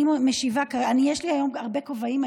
אני משיבה, יש לי היום הרבה כובעים.